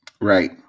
Right